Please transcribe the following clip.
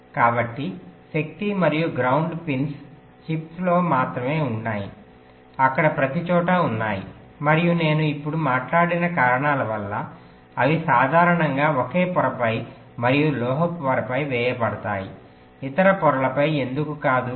కాబట్టి శక్తి మరియు గ్రౌండ్ పిన్స్ చిప్లో మాత్రమే ఉన్నాయి అక్కడ ప్రతిచోటా ఉన్నాయి మరియు నేను ఇప్పుడు మాట్లాడిన కారణాల వల్ల అవి సాధారణంగా ఒకే పొరపై మరియు లోహపు పొరపై వేయబడతాయి ఇతర పొరలపై ఎందుకు కాదు